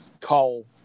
coal